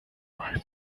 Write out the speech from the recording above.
was